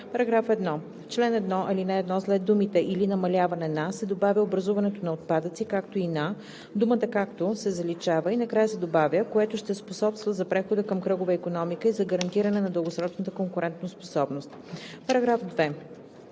§ 1: „§ 1. В чл. 1, ал. 1 след думите „или намаляване на“ се добавя „образуването на отпадъци, както и на“, думата „както“ се заличава и накрая се добавя „което ще способства за прехода към кръгова икономика и за гарантиране на дългосрочната конкурентоспособност“.“